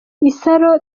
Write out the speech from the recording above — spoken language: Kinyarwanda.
isaro